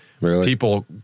people